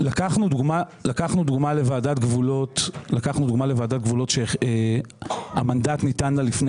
לקחנו דוגמה לוועדת גבולות שהמנדט ניתן לה לפני